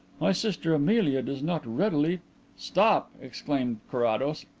my sister amelia does not readily stop! exclaimed carrados.